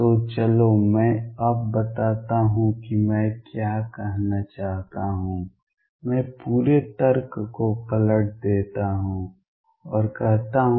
तो चलो मैं अब बताता हूं कि मैं क्या कहना चाहता हूं मैं पूरे तर्क को पलट देता हूं और कहता हूं